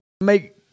make